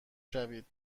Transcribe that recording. شوید